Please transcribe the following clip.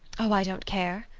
oh, i don't care.